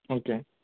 okay